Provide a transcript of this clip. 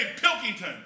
Pilkington